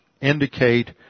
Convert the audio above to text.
indicate